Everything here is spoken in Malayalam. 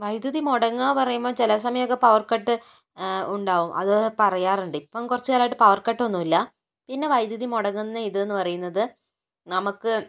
വൈദ്യുതി മുടങ്ങുക പറയുമ്പോൾ ചില സമയൊക്കെ പവർ കട്ട് ഉണ്ടാവും അത് പറയാറുണ്ട് ഇപ്പോൾ കുറച്ച് നാളായിട്ട് പവർ കട്ട് ഒന്നുമില്ല പിന്നെ വൈദ്യുതി മുടങ്ങുന്ന ഇത് എന്ന് പറയുന്നത് നമുക്ക്